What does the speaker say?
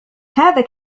هذا